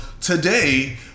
today